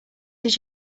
did